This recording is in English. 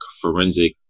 forensic